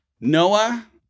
Noah